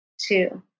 two